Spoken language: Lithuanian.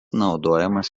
naudojamas